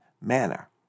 manner